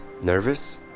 Nervous